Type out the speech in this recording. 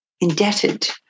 indebted